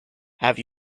have